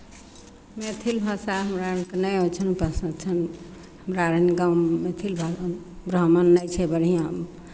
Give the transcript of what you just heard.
मैथिल भाषा हमरा आरके नहि ओतेक पसन्द छनि हमरा आर गाँवमे मैथिल भा ब्राह्मण नहि छै बढ़िआँ